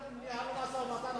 אנחנו ניהלנו משא-ומתן,